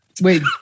Wait